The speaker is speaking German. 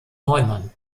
neumann